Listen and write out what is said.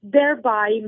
thereby